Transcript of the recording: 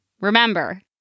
Remember